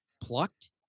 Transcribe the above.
Plucked